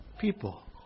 people